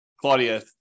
Claudia